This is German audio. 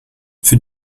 für